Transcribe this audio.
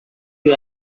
you